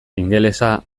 ingelesa